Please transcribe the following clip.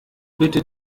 bitte